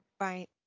Right